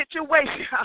situation